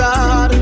God